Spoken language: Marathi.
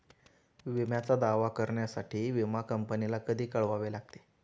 विम्याचा दावा करण्यासाठी विमा कंपनीला कधी कळवावे लागते?